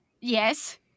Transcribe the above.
Yes